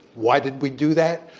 why did we do that?